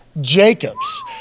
Jacobs